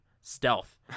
Stealth